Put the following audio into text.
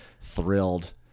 thrilled